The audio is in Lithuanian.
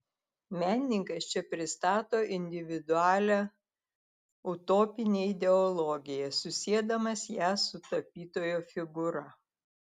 menininkas čia pristato individualią utopinę ideologiją susiedamas ją su tapytojo figūra